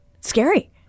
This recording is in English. scary